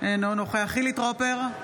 אינו נוכח חילי טרופר,